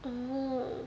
oh